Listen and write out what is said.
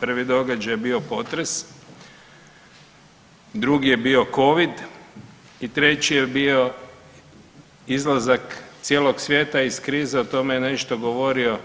Prvi događaj je bio potres, drugi je bio covid i treći je bio izlazak iz cijelog svijeta iz krize, o tome je nešto govorio